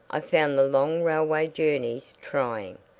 i found the long railway journeys trying.